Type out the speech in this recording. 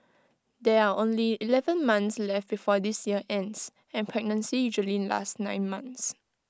there are only Eleven months left before this year ends and pregnancy usually lasts nine months